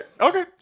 Okay